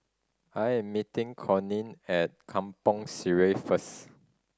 I'm meeting Corinne at Kampong Sireh first